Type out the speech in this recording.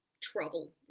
trouble